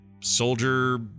soldier